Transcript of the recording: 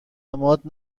اعتماد